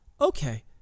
okay